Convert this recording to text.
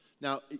Now